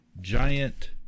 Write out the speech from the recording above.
giant